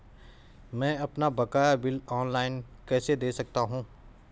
मैं अपना बकाया बिल ऑनलाइन कैसे दें सकता हूँ?